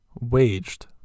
waged